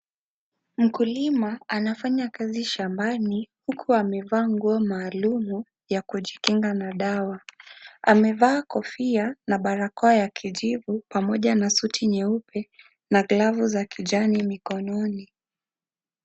Mkulima anafanya kazi shambani huku amevaa nguo maalum ya kujikinga na dawa. Amevaa kofia na barakoa ya kijivu pamoja na suti nyeupe na glavu za kijani mikononi.